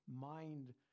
mind